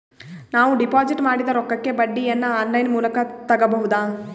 ನಾವು ಡಿಪಾಜಿಟ್ ಮಾಡಿದ ರೊಕ್ಕಕ್ಕೆ ಬಡ್ಡಿಯನ್ನ ಆನ್ ಲೈನ್ ಮೂಲಕ ತಗಬಹುದಾ?